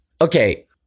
Okay